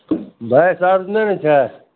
बासि आर नहि ने छै